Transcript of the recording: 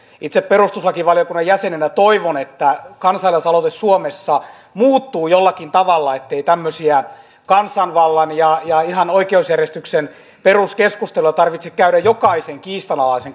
itse perustuslakivaliokunnan jäsenenä toivon että kansalaisaloite suomessa muuttuu jollakin tavalla ettei tämmöisiä kansanvallan ja ja ihan oikeusjärjestyksen peruskeskusteluja tarvitse käydä jokaisen kiistanalaisen